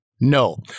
No